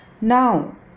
Now